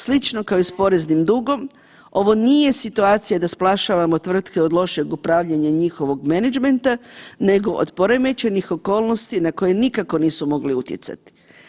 Slično kao i s poreznim dugom ovo nije situacija da spašavamo tvrtke od lošeg upravljanja njihovog menadžmenta nego od poremećenih okolnosti na koje nikako nisu mogli utjecati.